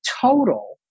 total